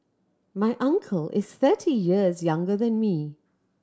my uncle is thirty years younger than me